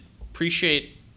appreciate